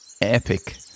epic